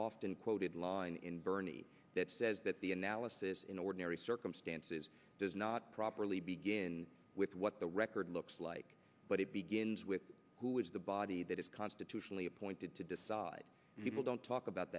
often quoted line in bernie that says that the analysis in ordinary circumstances does not properly begin with what the record looks like but it begins with who is the body that is constitutionally appointed to decide people don't talk about